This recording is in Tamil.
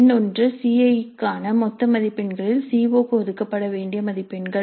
எண் 1 சி ஐ ஈ க்கான மொத்த மதிப்பெண்ணில் சிஓ க்கு ஒதுக்கப்பட வேண்டிய மதிப்பெண்கள்